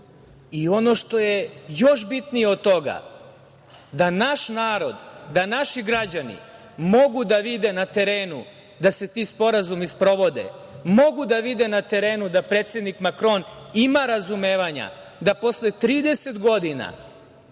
i ono što je još bitnije od toga da naš narod, da naši građani mogu da vide na terenu da se ti sporazumi sprovode, mogu da vide na terenu da predsednik Makron ima razumevanja da posle 30 godina